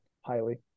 highly